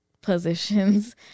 positions